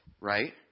right